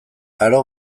aro